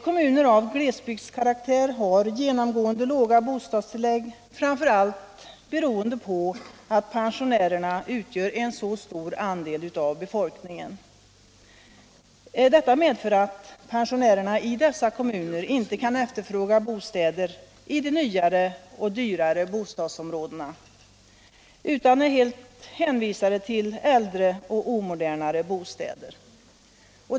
Kommuner av glesbygdskaraktär har genomgående låga bostadstillägg, framför allt beroende på att pensionärerna utgör en så stor andel av befolkningen. Detta medför att pensionärerna i dessa kommuner inte kan efterfråga bostäder i det nyare och dyrare bostadsbeståndet utan är helt hänvisade till äldre och omodernare bostäder.